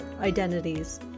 identities